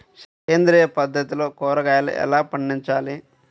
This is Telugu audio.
సేంద్రియ పద్ధతిలో కూరగాయలు ఎలా పండించాలి?